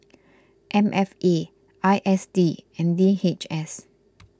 M F A I S D and D H S